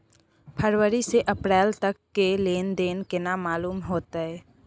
फरवरी से अप्रैल तक के लेन देन केना मालूम होते?